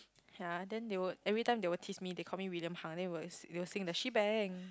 ya then they will every time they will tease me they call me William-Hung then will they will sing the She Bang